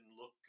look